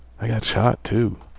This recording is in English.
i got shot, too.